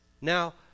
Now